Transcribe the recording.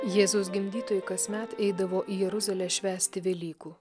jėzaus gimdytojai kasmet eidavo į jeruzalę švęsti velykų